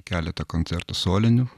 keletą koncertų solinių